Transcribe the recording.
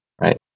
Right